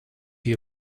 you